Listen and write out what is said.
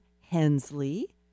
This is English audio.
Hensley